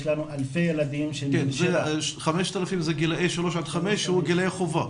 יש לנו אלפי ילדים --- 5,000 זה גילאי 3 עד 5 שהוא גילאי חובה.